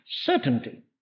certainty